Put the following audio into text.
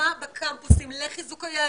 עצומה בקמפוסים לחיזוק היהדות,